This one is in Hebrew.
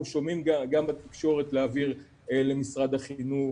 אנחנו שומעים גם בתקשורת ל- -- למשרד החינוך,